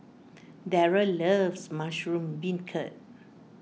Darell loves Mushroom Beancurd